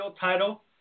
title